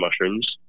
mushrooms